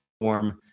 form